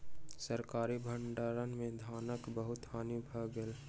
सरकारी भण्डार में धानक बहुत हानि भ गेल